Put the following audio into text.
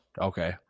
Okay